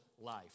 life